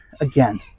again